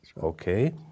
Okay